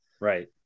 Right